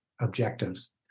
objectives